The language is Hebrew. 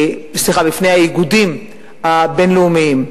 בפני האיגודים הבין-לאומיים.